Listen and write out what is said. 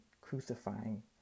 crucifying